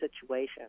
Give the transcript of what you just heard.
situation